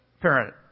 parent